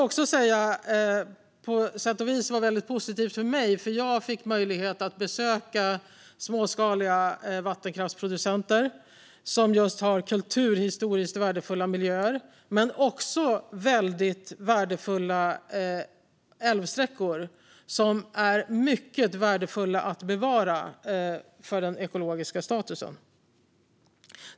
På sätt och vis var det positivt för mig, för jag fick möjlighet att besöka småskaliga vattenkraftsproducenter som har hand om kulturhistoriskt värdefulla miljöer men också älvsträckor som är mycket värdefulla för den ekologiska statusen.